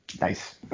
nice